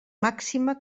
màxima